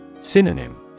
Synonym